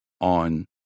on